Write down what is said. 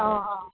অঁ অঁ